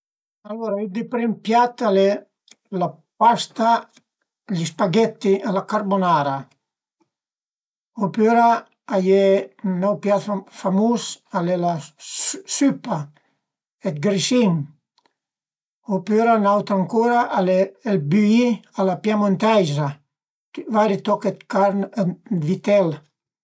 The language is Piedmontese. Alura ün di prim piat al e la pasta, gli spahetti a la carbonara opüra a ie, n'aut piat famus al e la süpa d'grisin, opüra n'aut ancura al e ël büì a la piemunteiza, vari toch d'carn dë vitèl